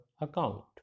account